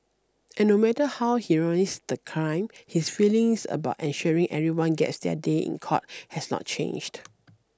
and no matter how heinous the crime his feelings about ensuring everyone gets their day in court has not changed